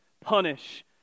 punish